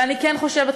ואני כן חושבת,